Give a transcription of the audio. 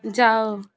जाओ